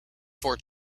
for